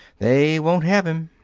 they won't have em.